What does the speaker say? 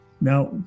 Now